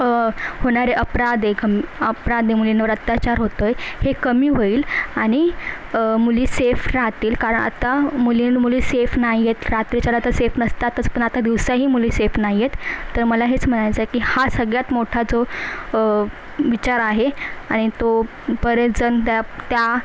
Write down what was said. होणारे अपराध आहे गंभ अपराध आहे मुलींवर अत्याचार होतो आहे हे कमी होईल आणि मुली सेफ राहतील कारण आता मुली मुली सेफ नाही आहेत रात्रीच्याला तर सेफ नसतातच पण आता दिवसाही मुली सेफ नाही आहेत तर मला हेच म्हणायचं आहे की हा सगळ्यात मोठा जो विचार आहे आणि तो बरेच जण त्या त्या